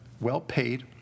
well-paid